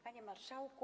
Panie Marszałku!